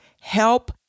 help